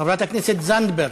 חברת הכנסת זנדברג,